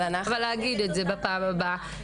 אני מצטרפת, כמובן, גם לברכות.